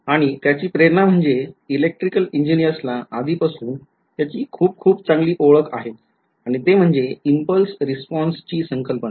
आणि त्याची प्रेरणा म्हणजे electrical इंजिनिर्सला आधीपासून त्याची खूप खूप चांगली ओळख आहेच आणि ते म्हणजे इम्पल्स रिस्पॉन्सची संकल्पना